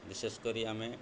ବିଶେଷ କରି ଆମେ